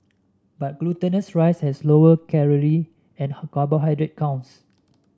but glutinous rice has lower calorie and carbohydrate counts